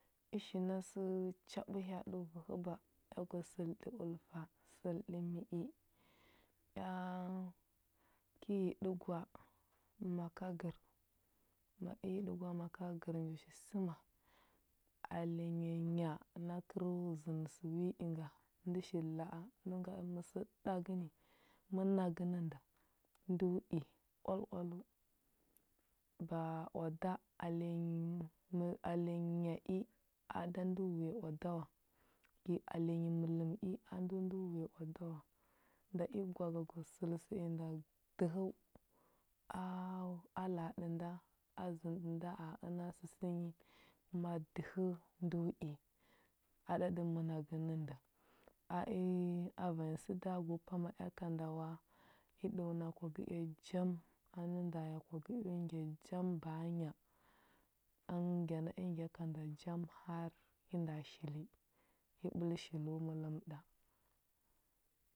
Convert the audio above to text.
I shi sə chaɓə hya aɗə vu həba, ga gwa səlɗə ulfa, səlɗə mi i. Ea ki hiɗəgwa makagər. Nda i hiɗəgwa makagər nji səma. Alenya nya na kərəu zənə sə wi inga, ndə shil la a, ndə ngaɗə məsəɗagə ni. Mənagə nə nda, ndo i oal oaləu. Ba a oada alenyi alenya nya i a da ndə wuya oada wa. Kə i alenyi mələm i a da ndo wuya oada wa. Nda i gwa ga gwa səl sə inda dəhəu, aaa a la a ɗə nda, a zənə ɗə nda a əna səsə nyi. Ma dəhəu ndo i, a ɗaɗə mənagə nə nda. A i a vanya səda gu pama ea ka nda wa. I ɗəuna kwa gəea jam, a nə nda gəgəu ngya jam ba a nya. Əngə ngya na i ngya ka nda jam har i nda shili. Yi ɓəl shilo mələm ɗa.